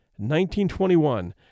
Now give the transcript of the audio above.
1921